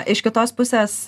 iš kitos pusės